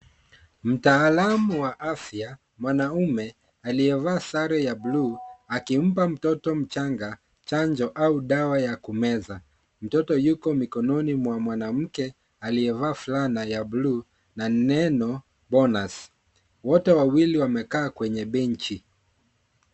Mtaalam wa afya, mwanamume aliyevaa sare ya bluu akimpa mtoto mchanga chanjo au dawa ya kumeza. Mtoto yuko mikononi mwa mwanamke aliyevaa fulana ya buluu na neno bonus .Wote wawili wamekaa kwenye benchi.